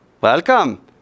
welcome